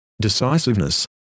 decisiveness